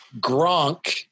Gronk